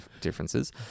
differences